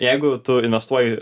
jeigu tu investuoji